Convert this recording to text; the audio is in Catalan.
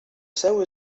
seu